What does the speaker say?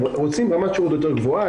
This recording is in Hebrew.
הם רוצים רמת שירות יותר גבוהה.